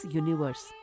universe